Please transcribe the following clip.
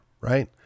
right